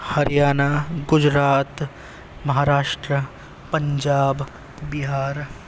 Haryana Gujarat Maharashtra Punjab Bihar